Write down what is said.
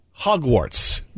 Hogwarts